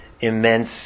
immense